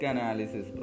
Analysis